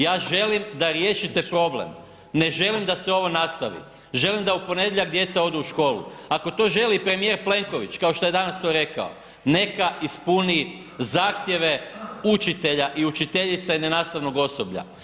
Ja želim da riješite problem, ne želim da se ovo nastavi, želim da u ponedjeljak djeca odu u školu, ako to želi i premijer Plenković kao što je danas to rekao, neka ispuni zahtjeve učitelja i učiteljica i nenastavnog osoblja.